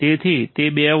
તેથી તે 2 વોલ્ટ છે